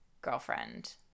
girlfriend